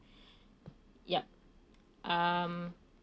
yup um